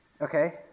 okay